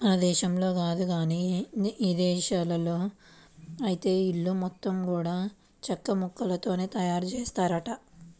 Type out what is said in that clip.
మన దేశంలో కాదు గానీ ఇదేశాల్లో ఐతే ఇల్లు మొత్తం గూడా చెక్కముక్కలతోనే తయారుజేత్తారంట